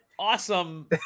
Awesome